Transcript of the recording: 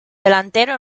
delantero